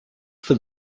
for